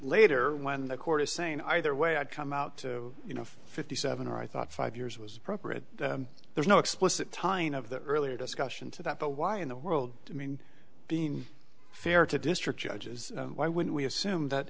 later when the court is saying either way i'd come out you know fifty seven or i thought five years was appropriate there's no explicit tying of the earlier discussion to that but why in the world i mean being fair to district judges why wouldn't we assume that